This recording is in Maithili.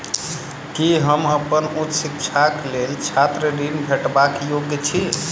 की हम अप्पन उच्च शिक्षाक लेल छात्र ऋणक भेटबाक योग्य छी?